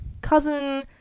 cousin